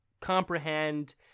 comprehend